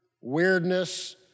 weirdness